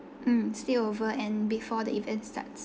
mm stay over and before the event starts